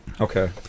Okay